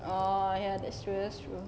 oh ya that's true that's true